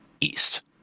east